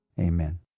Amen